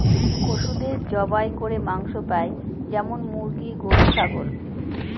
পশুদের জবাই করে মাংস পাই যেমন মুরগি, গরু, ছাগল